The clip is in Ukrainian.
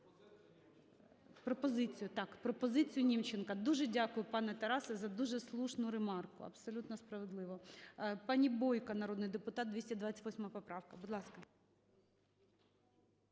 пропозиціюНімченка. Дуже дякую, пане Тарасе, за дуже слушну ремарку, абсолютно справедливо. Пані Бойко народний депутат, 228 поправка, будь ласка.